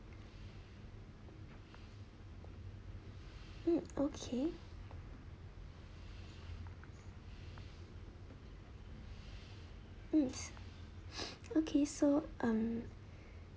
mm okay mm okay so um